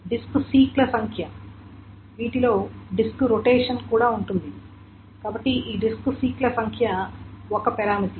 కాబట్టి డిస్క్ సీక్ల సంఖ్య వీటిలో డిస్క్ రొటేషన్ కూడా ఉంటుంది కాబట్టి ఈ డిస్క్ సీక్ ల సంఖ్య ఒక పరామితి